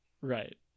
right